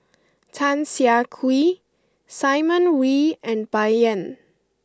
Tan Siah Kwee Simon Wee and Bai Yan